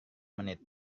menit